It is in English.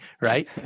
right